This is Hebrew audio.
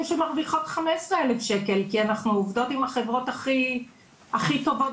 שמרוויחות 15,000 שקל כי אנחנו עובדות עם החברות הכי טובות